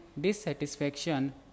dissatisfaction